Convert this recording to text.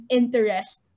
interest